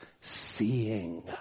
seeing